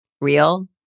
real